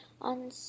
on